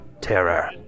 terror